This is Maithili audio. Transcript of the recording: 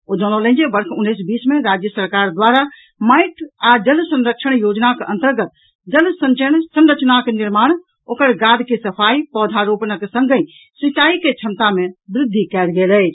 ओ जनौलनि जे वर्ष उन्नैस बीस मे राज्य सरकार द्वारा माटि आ जल संरक्षण योजनाक अंतर्गत जल संचयन संरचनाक निर्माण ओकर गाद के सफाई पौधा रोपणक संगहि सिंचाई के क्षमता मे वृद्धि कयल गेल अछि